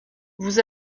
vous